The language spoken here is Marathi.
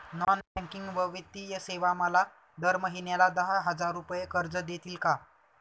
नॉन बँकिंग व वित्तीय सेवा मला दर महिन्याला दहा हजार रुपये कर्ज देतील का?